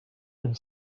and